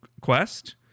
quest